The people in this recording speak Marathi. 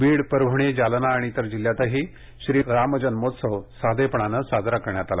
बीड परभणी जालना आणि इतर जिल्ह्यातही श्रीराम जन्मोत्सव साधेपणाने साजरा करण्यात आला